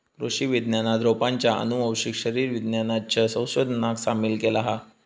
कृषि विज्ञानात रोपांच्या आनुवंशिक शरीर विज्ञानाच्या संशोधनाक सामील केला हा